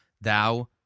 Thou